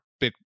Big